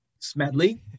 Smedley